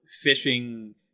fishing